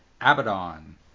Abaddon